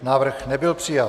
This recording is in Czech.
Návrh nebyl přijat.